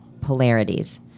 polarities